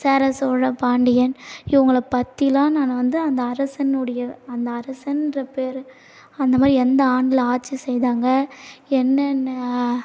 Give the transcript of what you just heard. சேர சோழ பாண்டியன் இவங்களப் பற்றிலாம் நான் வந்து அந்த அரசனுடைய அந்த அரசன்கிற பேர் அந்த மாதிரி எந்த ஆண்டில் ஆட்சி செய்தாங்க என்னென்ன